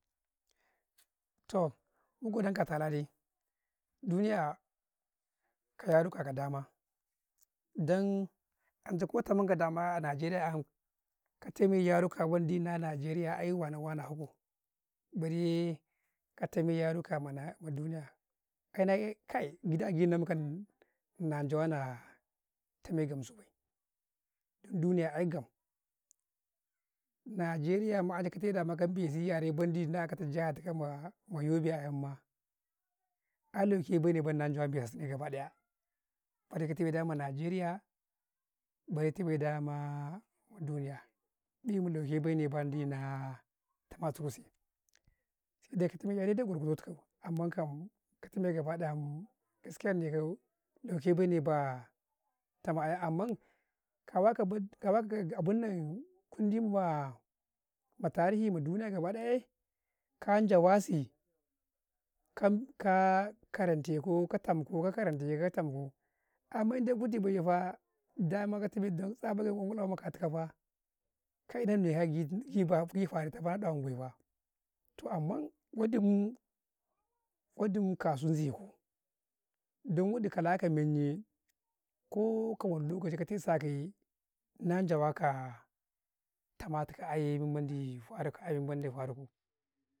﻿Toh mun godankau atala dai, duniya ka yaruka ka dama dan ancai ko tamanka a najeriya 'yam ka tame ya ruka wen ɗi, na najeria ai wane wane aboo, barey ka tame yaruka ma na maduniyaa kana eeh, kai gid agi nnakam na jawa naa tame kam sabay dan duniya ai'gam, nageria ma ka akatai kabezi yare, bendi na akata jihati kama, ma yobe ayammah, ai ioke bay ne, ban na jana biyassika gobadaya bale ka tama ma nageria, bare tamay damaa ma duniya, dimin lauke bai ne mendi naa, tama tukusi, sai day kata may iya dai-dai kwargwadau tukau, amman kam ka tame giɗ gam jire, lauke bay ne baa tama ayam, amman kawa ka kundu ma tarihi ma duniya ga ba waji kan jawasi kan ka kare tan ka katanku, ka kare tanka ka tanku amma indai kutu bay yee faa, daman ka tame dan tsaban yan'wuna ma katu kafaa, kai naina bay faa, toh amman wa ɗi muu, waɗi kasa zaiku, dan wa ɗi kalaka men yee ko ka ka men yee kajasa sakaye nan jawa kaa tamatuka aye men men ɗi farikaa, aye men men ɗi fari kau.